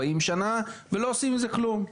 40 שנה ולא עושים עם זה כלום.